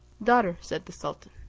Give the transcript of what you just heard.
daughter, said the sultan,